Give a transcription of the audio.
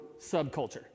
subculture